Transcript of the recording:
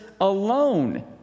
alone